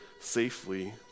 safely